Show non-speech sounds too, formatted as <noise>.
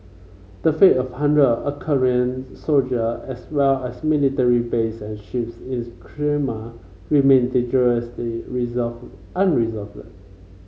the fate of hundred Ukrainian soldier as well as military base and ships in <unintelligible> Crimea remain dangerously resolved unresolved